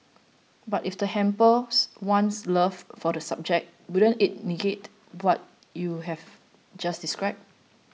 but if that hampers one's love for the subject wouldn't it negate what you've just described